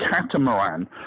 catamaran